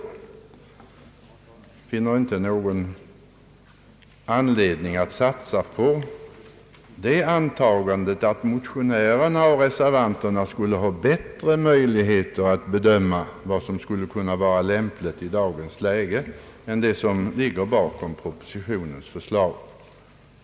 Jag finner inte någon anledning att satsa på det antagandet att motionärer och reservanter skulle ha bättre möjligheter att bedöma vad som skulle kunna vara lämpligt i dagens läge än det som ligger bakom propositionens förslag.